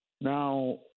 Now